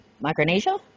Micronesia